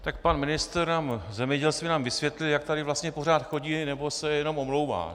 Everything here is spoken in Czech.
Tak pan ministr zemědělství nám vysvětlil, jak tady vlastně pořád chodí nebo se jenom omlouvá.